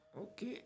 Okay